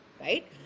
right